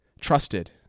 trusted